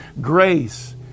grace